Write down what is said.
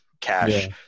cash